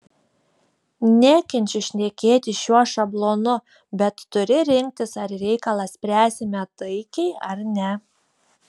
nekenčiu šnekėti šiuo šablonu bet turi rinktis ar reikalą spręsime taikiai ar ne